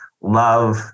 love